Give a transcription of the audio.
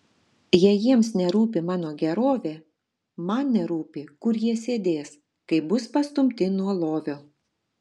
jei jiems nerūpi mano gerovė man nerūpi kur jie sėdės kai bus pastumti nuo lovio